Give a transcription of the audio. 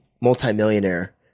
multimillionaire